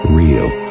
real